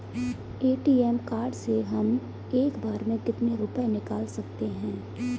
ATM card से हम एक बार में कितने रुपये निकाल सकते हैं?